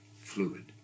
fluid